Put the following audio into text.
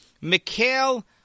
Mikhail